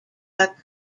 are